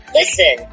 listen